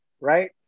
right